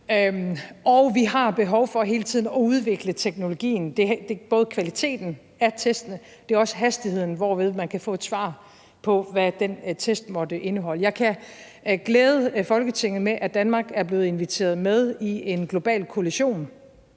Og vi har behov for hele tiden at udvikle teknologien, og det drejer sig både om kvaliteten af testene, og det drejer sig om hastigheden, hvorved man kan få et svar på, hvad den test måtte indeholde. Jeg kan glæde Folketinget med, at Danmark er blevet inviteret med i en global koalition